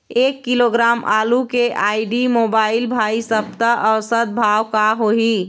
एक किलोग्राम आलू के आईडी, मोबाइल, भाई सप्ता औसत भाव का होही?